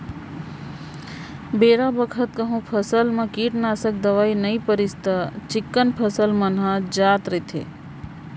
बेरा बखत कहूँ फसल म कीटनासक दवई नइ परिस त चिक्कन फसल मन ह जात रइथे